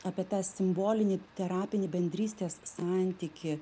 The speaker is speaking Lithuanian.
apie tą simbolinį terapinį bendrystės santykį